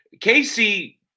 Casey